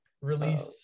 release